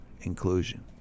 inclusion